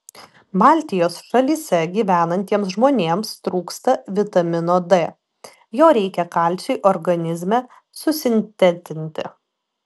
baltijos šalyse gyvenantiems žmonėms trūksta vitamino d jo reikia kalciui organizme susintetinti